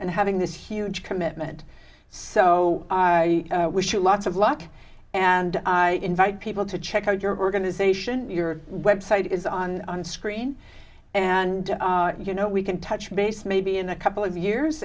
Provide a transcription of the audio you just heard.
and having this huge commitment so i wish you lots of luck and i invite people to check out your organization your website is on on screen and you know we can touch base maybe in a couple of years